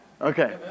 Okay